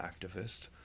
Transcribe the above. activist